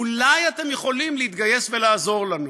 אולי אתם יכולים להתגייס ולעזור לנו.